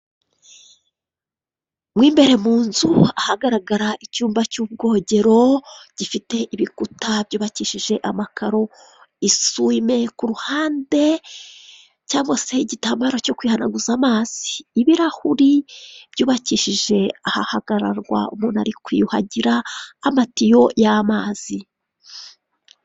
Mo imbere mu munzu, agaragara icyumba cy'ubwogera gifite ibikuta byubakishije amakaro, iswime ku ruhande cyangwa se igitambaro cyo kwihanaguza amazi, ibirahuri by'ubakishije ahahagararwa umuntu ari kwiyuhagira, amatiyo y'amazi.